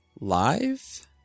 live